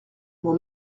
mon